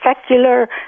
secular